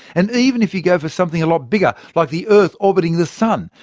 and even if you go for something a lot bigger, like the earth orbiting the sun,